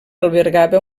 albergava